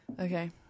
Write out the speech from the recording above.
Okay